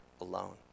alone